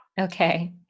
Okay